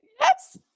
Yes